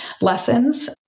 lessons